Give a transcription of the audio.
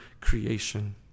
creation